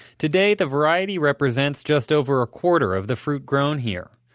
today, the variety represents just over a quarter of the fruit grown here.